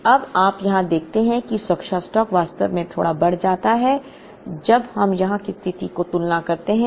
तो अब आप यहां देखते हैं कि सुरक्षा स्टॉक वास्तव में थोड़ा बढ़ जाता है जब हम यहां की स्थिति की तुलना करते हैं